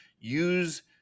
Use